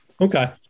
Okay